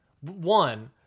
one